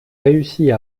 réussit